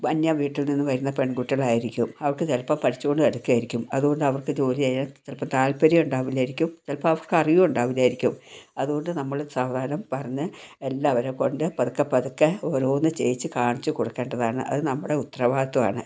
അന്യ വീട്ടിൽ നിന്ന് വരുന്ന പെൺകുട്ടികൾ ആയിരിക്കും അവർക്ക് ചിലപ്പോൾ പഠിച്ചുകൊണ്ട് നടക്കുകയായിരിക്കും അതുകൊണ്ട് അവർക്ക് ജോലി ചെയ്യാൻ ചിലപ്പം താല്പര്യം ഉണ്ടാവില്ലായിരിക്കും ചിലപ്പോൾ അവർക്ക് അറിയുകയും ഉണ്ടാവില്ലായിരിക്കും അതുകൊണ്ട് നമ്മൾ സാവധാനം പറഞ്ഞ് എല്ലാം അവരെക്കൊണ്ട് പതുക്കെ പതുകെ ഓരോന്ന് ചെയ്യിച്ച് കാണിച്ചു കൊടുക്കേണ്ടതാണ് അത് നമ്മുടെ ഉത്തരവാദിത്വം ആണ്